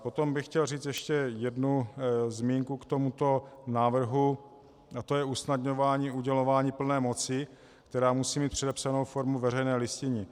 Potom bych chtěl říct ještě jednu zmínku k tomuto návrhu, a to je usnadňování udělování plné moci, která musí mít předepsanou formu veřejné listiny.